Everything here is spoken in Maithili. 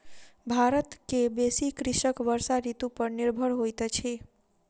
भारत के बेसी कृषक वर्षा ऋतू पर निर्भर होइत अछि